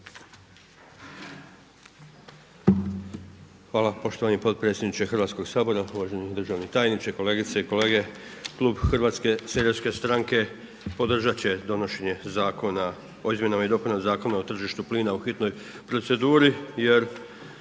Hvala lijepo gospodine potpredsjedniče Hrvatskoga sabora. Uvaženi državni tajniče, kolegice i kolege. Klub HSS-a podržat će donošenje Zakona o izmjenama i dopunama Zakona o tržištu plina u hitnoj proceduri jer